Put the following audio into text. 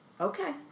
okay